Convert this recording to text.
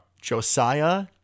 Josiah